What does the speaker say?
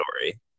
story